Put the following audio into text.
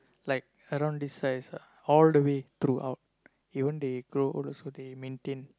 like around this size ah all the way throughout even they grow old also they maintain